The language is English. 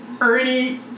Ernie